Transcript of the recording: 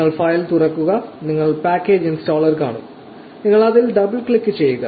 നിങ്ങൾ ഫയൽ തുറക്കുക നിങ്ങൾ പാക്കേജ് ഇൻസ്റ്റാളർ കാണും നിങ്ങൾ അതിൽ ഡബിൾ ക്ലിക്ക് ചെയ്യുക